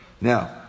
Now